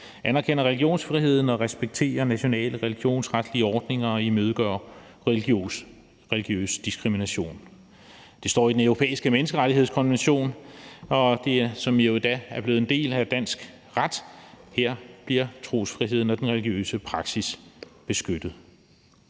anerkender religionsfriheden og respekterer nationale religionsretlige ordninger og imødegår religiøs diskrimination. Det står i den europæiske menneskerettighedskonvention, som jo er blevet en del af dansk ret; her bliver trosfriheden og den religiøse praksis beskyttet.